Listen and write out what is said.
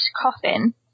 coffin